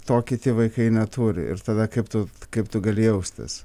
to kiti vaikai neturi ir tada kaip tu kaip tu gali jaustis